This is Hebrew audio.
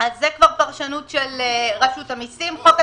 זו כבר פרשנות שיפוטית של רשות המיסים.